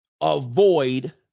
Avoid